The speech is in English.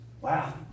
wow